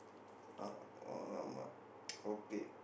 uh !alamak! okay